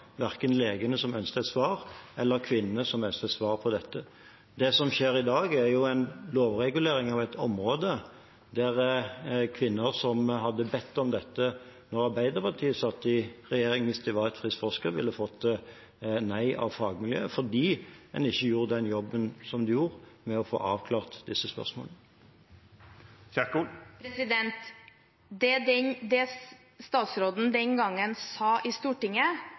verken legene som ønsket et svar, eller kvinnene som ønsket svar på dette. Det som skjer i dag, er en lovregulering av et område der kvinner som hadde bedt om dette da Arbeiderpartiet satt i regjering, og det var et friskt foster, ville fått nei av fagmiljøet – fordi man ikke hadde gjort jobben med å få avklart disse spørsmålene. Det statsråden den gang sa i Stortinget,